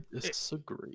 disagree